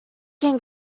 can